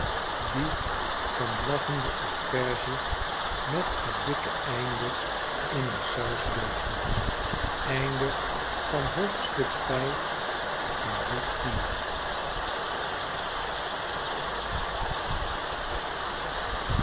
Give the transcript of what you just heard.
die van lachen de asperge met het dikke einde in de saus doopte